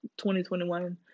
2021